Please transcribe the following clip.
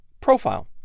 profile